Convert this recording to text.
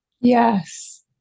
yes